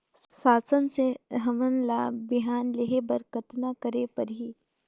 शासन से हमन ला बिहान लेहे बर कतना करे परही?